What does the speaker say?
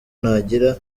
nagira